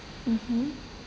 mmhmm